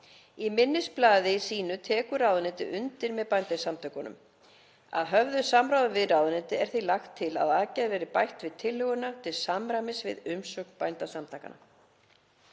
Í minnisblaði sínu tekur ráðuneytið undir með Bændasamtökunum. Að höfðu samráði við ráðuneytið er því lagt til að aðgerð verði bætt við tillöguna til samræmis við umsögn Bændasamtakanna.